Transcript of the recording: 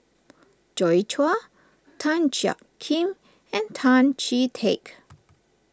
Joi Chua Tan Jiak Kim and Tan Chee Teck